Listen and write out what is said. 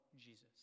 Jesus